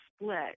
split